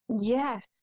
Yes